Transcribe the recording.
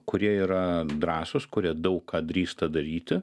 kurie yra drąsūs kurie daug ką drįsta daryti